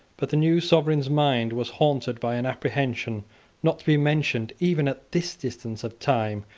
but the new sovereign's mind was haunted by an apprehension not to be mentioned even at this distance of time,